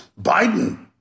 Biden